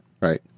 right